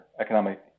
economic